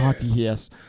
Yes